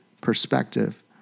perspective